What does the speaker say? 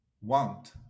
want